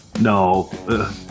No